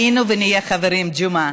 היינו ונהיה חברים, ג'מעה.